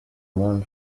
mon